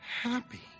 happy